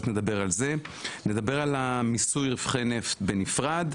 נדבר על מיסוי רווחי הנפט בנפרד,